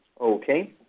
Okay